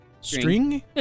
string